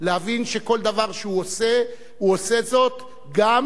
להבין שכל דבר שהוא עושה הוא עושה זאת גם